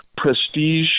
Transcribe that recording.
prestige